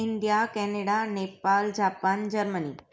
India Canada Nepal Japan Germany